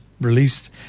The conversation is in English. released